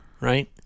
Right